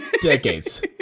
decades